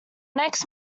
next